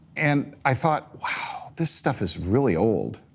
and i thought, wow, this stuff is really old.